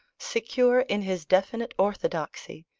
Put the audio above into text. secure in his definite orthodoxy,